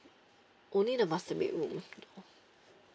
only the master bedroom